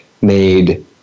made